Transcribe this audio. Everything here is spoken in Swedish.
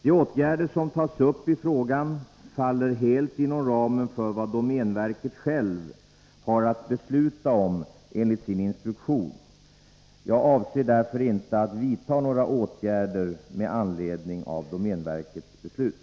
De åtgärder som tas upp i frågan faller helt inom ramen för vad domänverket självt har att besluta om enligt sin instruktion. Jag avser därför inte att vidta några åtgärder med anledning av domänverkets beslut.